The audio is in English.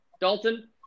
Dalton